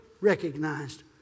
recognized